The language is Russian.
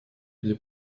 для